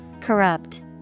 Corrupt